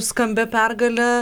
skambia pergale